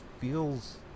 feels